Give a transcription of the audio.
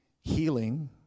healing